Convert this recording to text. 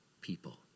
people